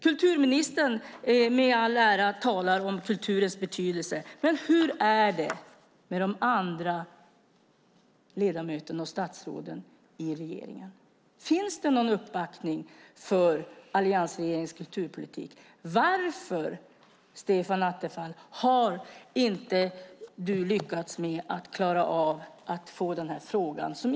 Kulturministern talar om kulturens betydelse, men hur är det med övriga statsråd i regeringen? Finns det någon uppbackning för alliansregeringens kulturpolitik? Varför, Stefan Attefall, har du inte löst det?